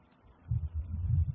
તેવી જ રીતે શિક્ષણ થાય છે